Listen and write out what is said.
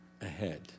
ahead